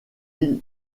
îles